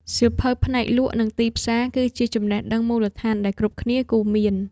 សៀវភៅផ្នែកលក់ និងទីផ្សារ គឺជាចំណេះដឹងមូលដ្ឋានដែលគ្រប់គ្នាគួរមាន។